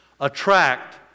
attract